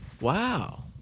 Wow